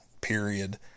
period